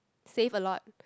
save a lot